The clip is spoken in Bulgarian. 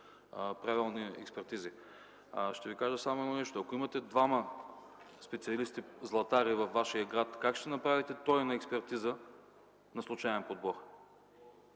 правилни експертизи. Ще Ви кажа само едно нещо – ако имате двама специалисти златари във Вашия град, как ще направите тройна експертиза на случаен подбор?